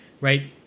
right